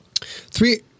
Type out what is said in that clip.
Three